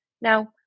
now